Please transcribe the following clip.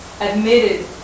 admitted